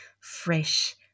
fresh